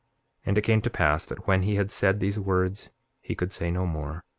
and it came to pass that when he had said these words he could say no more,